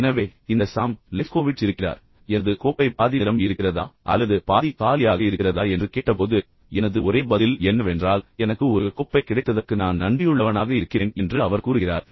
எனவே இந்த Sam Lefkowitz இருக்கிறார் எனது கோப்பை பாதி நிரம்பியிருக்கிறதா அல்லது பாதி காலியாக இருக்கிறதா என்று கேட்டபோது எனது ஒரே பதில் என்னவென்றால் எனக்கு ஒரு கோப்பை கிடைத்ததற்கு நான் நன்றியுள்ளவனாக இருக்கிறேன் என்று அவர் கூறுகிறார்